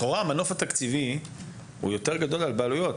לכאורה המנוף התקציבי הוא גדול יותר על הבעלויות,